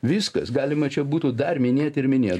viskas galima čia būtų dar minėt ir minėt